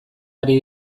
ari